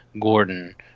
Gordon